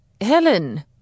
Helen